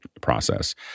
process